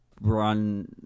run